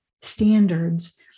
standards